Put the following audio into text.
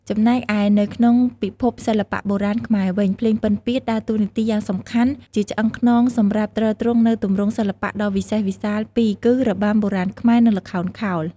ចំណែកឯនៅក្នុងពិភពសិល្បៈបុរាណខ្មែរវិញ ភ្លេងពិណពាទ្យ ដើរតួនាទីយ៉ាងសំខាន់ជាឆ្អឹងខ្នងសម្រាប់ទ្រទ្រង់នូវទម្រង់សិល្បៈដ៏វិសេសវិសាលពីរគឺ របាំបុរាណខ្មែរ និង ល្ខោនខោល។